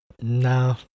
No